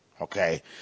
Okay